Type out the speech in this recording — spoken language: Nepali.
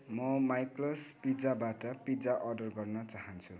म माइकल्स पिज्जाबाट पिज्जा अर्डर गर्न चाहन्छु